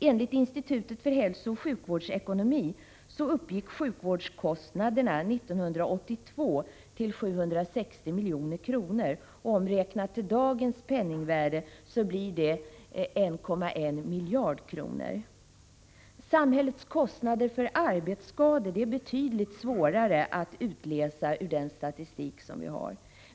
Enligt institutet för hälsooch sjukvårdsekonomi uppgick sjukvårdskostnaderna 1982 till 760 milj.kr. Uppräknat till dagens penningvärde blir det 1,1 miljard kronor. Samhällets kostnader för arbetsskador är betydligt svårare att utläsa ur den statistik som vi har.